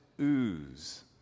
ooze